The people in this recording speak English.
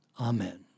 Amen